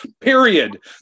period